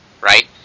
right